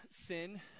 sin